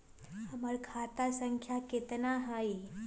हमर खाता संख्या केतना हई?